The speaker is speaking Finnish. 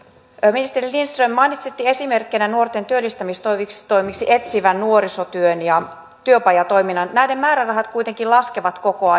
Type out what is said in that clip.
ministeri lindström mainitsitte esimerkkinä nuorten työllistämistoimista etsivän nuorisotyön ja työpajatoiminnan näiden määrärahat kuitenkin laskevat koko